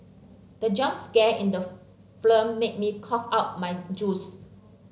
the jump scare in the film made me cough out my juice